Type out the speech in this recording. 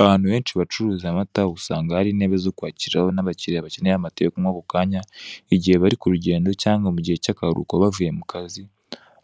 Abantu benshi bacuruza amata usanga hari intebe zo kubakiriraho n'abakiliya bakeneye amata yo kunywa ako kanya, igihe bari ku rugendo cyangwa bavuye mu kazi,